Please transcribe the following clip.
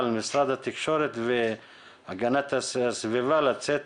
על משרד התקשורת והגנת הסביבה לצאת